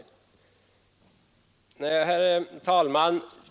Herr talman!